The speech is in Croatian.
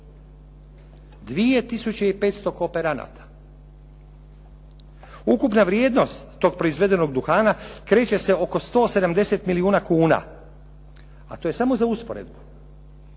500 kooperanata. Ukupna vrijednost tog proizvedenog duhana kreće se oko 170 milijun kuna, a to je samo za usporedbu